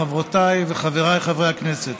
חברותיי וחבריי חברי הכנסת,